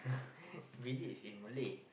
biji is in Malay